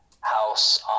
house